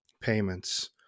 payments